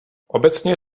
obecně